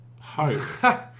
hope